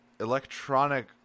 electronic